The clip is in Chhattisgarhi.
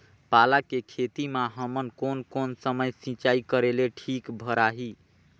पाला के खेती मां हमन कोन कोन समय सिंचाई करेले ठीक भराही?